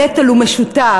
הנטל הוא משותף.